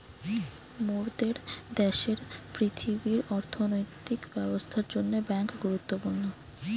মোরদের দ্যাশের পৃথিবীর অর্থনৈতিক ব্যবস্থার জন্যে বেঙ্ক গুরুত্বপূর্ণ